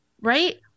right